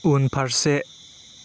उनफारसे